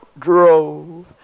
drove